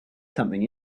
something